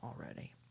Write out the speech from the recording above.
already